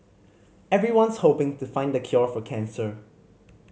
everyone's hoping to find the cure for cancer